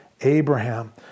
Abraham